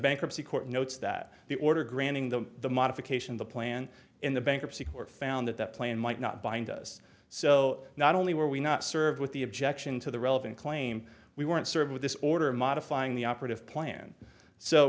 bankruptcy court notes that the order granting them the modification the plan in the bankruptcy court found that that plan might not bind us so not only were we not served with the objection to the relevant claim we weren't served with this order modifying the operative plan so